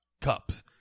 cups